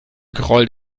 gerollt